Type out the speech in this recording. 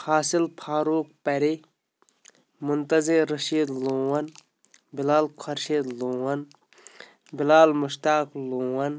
حاصل فاروق پَرے مُنتظِر رشیٖد لون بِلال خورشیٖد لون بِلال مُشتاق لون